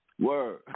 Word